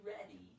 ready